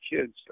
kids